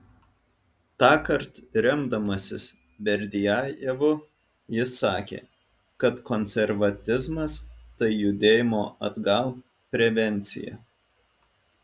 tąkart remdamasis berdiajevu jis sakė kad konservatizmas tai judėjimo atgal prevencija